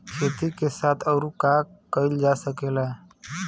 खेती के साथ अउर का कइल जा सकेला?